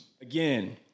Again